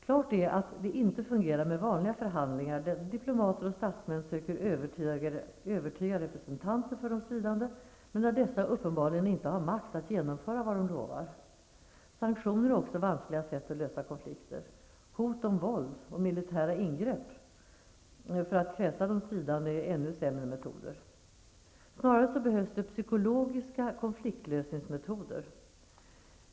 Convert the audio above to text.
Klart är att det inte fungerar med vanliga förhandlingar, där diplomater och statsmän söker övertyga representanter för de stridande men där dessa uppenbarligen inte har makt att genomföra vad de lovar. Sanktioner är också vanskliga sätt att lösa konflikter. Hot om våld och militära ingrepp för att kväsa de stridande är ännu sämre metoder. Snarare behövs psykologiska konfliktlösningsmetoder.